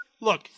Look